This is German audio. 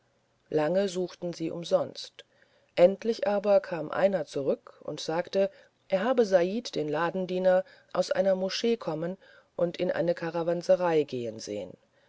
lange suchten sie umsonst endlich aber kam einer zurück und sagte er habe said den ladendiener aus einer moschee kommen und in ein karawanserei gehen sehen